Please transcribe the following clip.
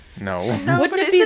No